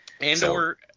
Andor